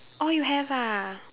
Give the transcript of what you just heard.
oh you have ah